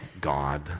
God